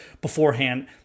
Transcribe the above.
beforehand